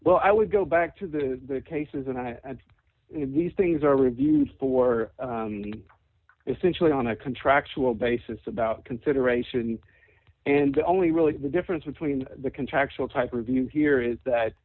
well i would go back to the cases and in these things are reviewed for essentially on a contractual basis about consideration and the only really the difference between the contractual type review here is that